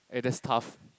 it just tough